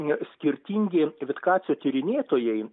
skirtingi vitkacio tyrinėtojai